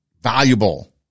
valuable